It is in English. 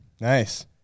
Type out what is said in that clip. Nice